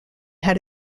had